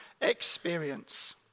experience